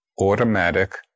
automatic